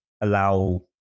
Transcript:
allow